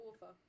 author